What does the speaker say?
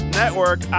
network